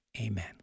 Amen